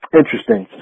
interesting